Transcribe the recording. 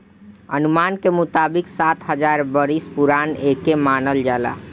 अनुमान के मुताबिक सात हजार बरिस पुरान एके मानल जाला